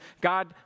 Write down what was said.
God